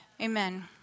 Amen